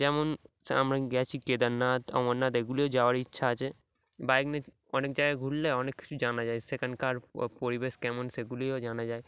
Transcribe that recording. যেমন আমরা গেছি কেদারনাথ অমরনাথ এগুলিও যাওয়ার ইচ্ছা আছে বাইক নিয়ে অনেক জায়গায় ঘুরলে অনেক কিছু জানা যায় সেখানকার পরিবেশ কেমন সেগুলিও জানা যায়